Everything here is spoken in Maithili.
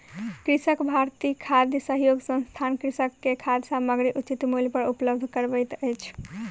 कृषक भारती खाद्य सहयोग संस्थान कृषक के खाद्य सामग्री उचित मूल्य पर उपलब्ध करबैत अछि